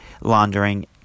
laundering